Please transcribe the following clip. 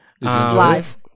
Live